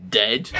dead